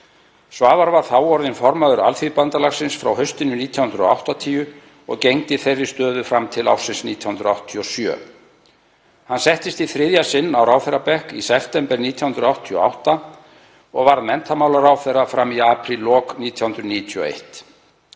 Svavar var þá orðinn formaður Alþýðubandalagsins, frá hausti 1980, og gegndi þeirri stöðu fram til ársins 1987. Hann settist í þriðja sinn á ráðherrabekk í september 1988 og var menntamálaráðherra fram í apríllok 1991.